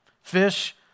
Fish